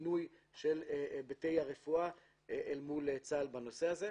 לפינוי של היבטי הרפואה אל מול צה"ל בנושא הזה.